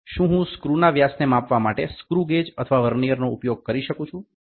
શું હું સ્ક્રુના વ્યાસને માપવા માટે સ્ક્રુ ગેજ અથવા વર્નિઅરનો ઉપયોગ કરી શકું છું બરાબર